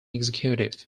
executive